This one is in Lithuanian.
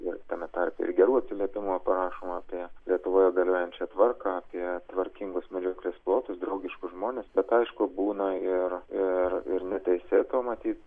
ir tame tarpe ir gerų atsiliepimų parašoma apie lietuvoje galiojančią tvarką apie tvarkingus medžioklės plotus draugiškus žmones bet aišku būna ir ir ir neteisėto matyt